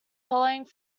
following